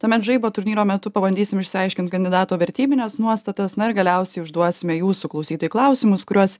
tuomet žaibo turnyro metu pabandysim išsiaiškint kandidato vertybines nuostatas na galiausiai užduosime jūsų klausytojai klausimus kuriuos